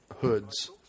hoods